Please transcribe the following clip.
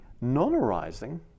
non-arising